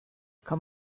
kann